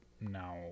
Now